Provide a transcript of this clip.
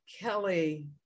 Kelly